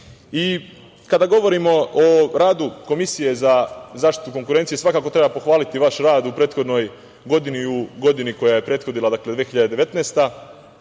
praksi. Kada govorimo o radu Komisije za zaštitu konkurencije, svakako treba pohvaliti vaš rad u prethodnoj godinu, u godini koja je prethodila, 2019.